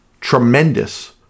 tremendous